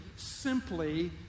simply